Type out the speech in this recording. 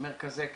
מרכזי קליטה,